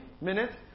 minutes